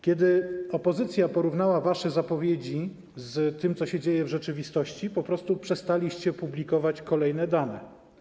Kiedy opozycja porównała wasze zapowiedzi z tym, co się dzieje w rzeczywistości, po prostu przestaliście publikować kolejne dane.